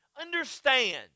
Understand